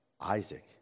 Isaac